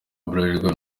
bralirwa